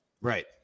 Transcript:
right